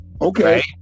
okay